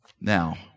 Now